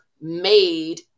made